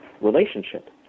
relationship